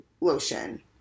lotion